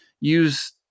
use